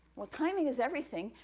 well, timing is everything.